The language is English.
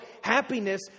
happiness